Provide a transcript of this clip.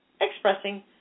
expressing